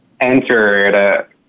entered